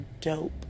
dope